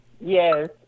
yes